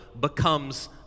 becomes